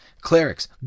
clerics